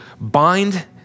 bind